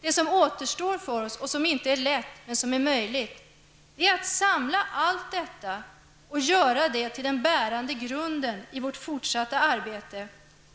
Det som återstår för oss och som inte är lätt men som är möjligt är att samla allt detta och göra det till den bärande grunden för vårt fortsatta arbete